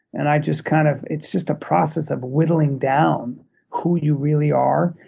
and i just kind of it's just a process of whittling down who you really are,